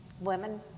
women